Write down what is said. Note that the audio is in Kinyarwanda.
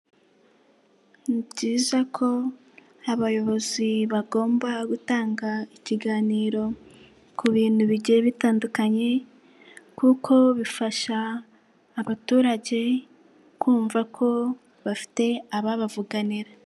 Ni byiza ko abayobozi bagomba gutanga ikiganiro ku bintu bigiye bitandukanye, kuko bifasha abaturage kumva ko bafite ababavuganira.